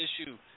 issue